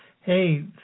Hey